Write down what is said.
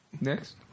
Next